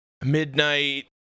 Midnight